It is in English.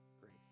grace